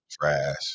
trash